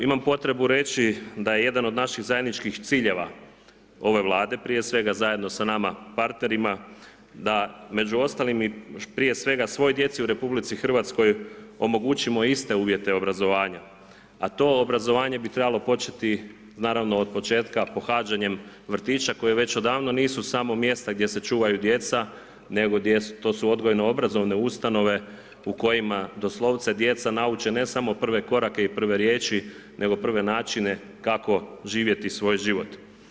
Imam potrebu reći da je jedan od naših zajedničkih ciljeva ove Vlade, prije svega zajedno sa nama partnerima da među ostalim i prije svega svoj djeci u Republici Hrvatskoj omogućimo iste uvjete obrazovanja a to obrazovanje bi trebalo početi naravno od početka pohađanjem vrtića koji već odavno nisu samo mjesta gdje se čuvaju djeca, nego to su odgojno-obrazovne ustanove u kojima doslovce djeca nauče ne samo prve korake i prve riječi nego prve načine kako živjeti svoj život.